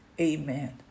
amen